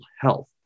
health